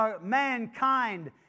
mankind